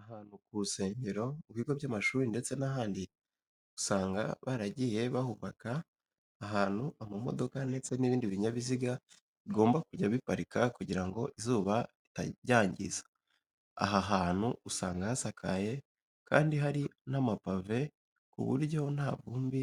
Ahantu ku nsengero, mu bigo by'amashuri ndetse n'ahandi usanga baragiye bahubaka ahantu amamodoka ndetse n'ibindi binyabiziga bigomba kujya biparika kugira ngo izuba ritabyangiza. Aha hantu usanga hasakaye kandi hari n'amapave ku buryo nta vumbi